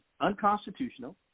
unconstitutional